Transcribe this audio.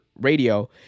Radio